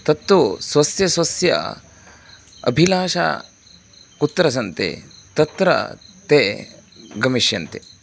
तत्तु स्वस्य स्वस्य अभिलाषा कुत्र सन्ति तत्र ते गमिष्यन्ति